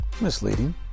misleading